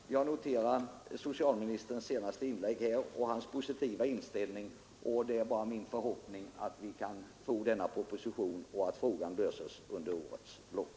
Herr talman! Jag noterar socialministerns senaste inlägg och hans positiva inställning. Det är min förhoppning att vi kan få denna proposition och att frågan löses under årets lopp.